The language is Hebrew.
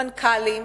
מנכ"לים,